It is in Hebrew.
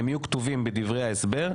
הם יהיו כתובים בדברי ההסבר,